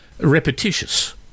repetitious